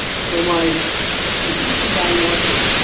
so, my execution time one port,